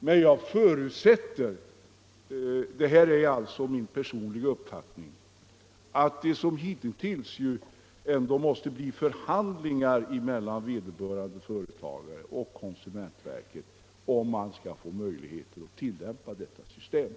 Men jag förutsätter — detta är alltså min personliga uppfattning — att det i fortsättningen liksom hitintills måste bli förhandlingar mellan vederbörande företagare och konsumentverket för att man skall få möjligheter att tillämpa detta system.